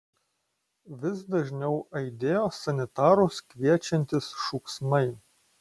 vis dažniau aidėjo sanitarus kviečiantys šūksmai